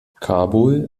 kabul